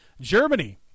Germany